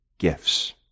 gifts